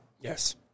Yes